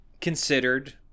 considered